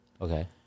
Okay